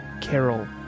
Carol